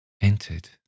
entered